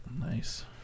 Nice